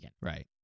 Right